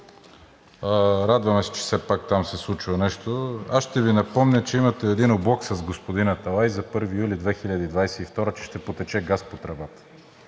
Радваме се, че все пак там се случва нещо. Аз ще Ви напомня, че имате един облог с господин Аталай за 1 юли 2022 г., че ще потече газ по тръбата.